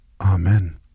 Amen